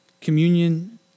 Communion